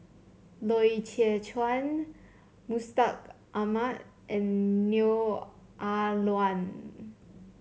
Loy Chye Chuan Mustaq Ahmad and Neo Ah Luan